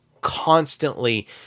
constantly